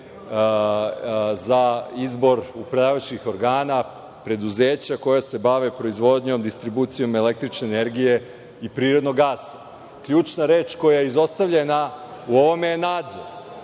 za izbor upravljačkih organa preduzeća koja se bave proizvodnjom, distribucijom električne energije i prirodnog gasa. Ključna reč koja je izostavljena u ovome je nadzor.